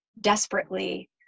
desperately